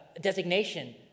designation